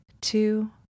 two